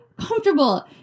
comfortable